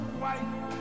white